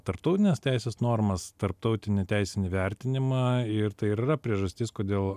tarptautinės teisės normas tarptautinį teisinį vertinimą ir tai ir yra priežastis kodėl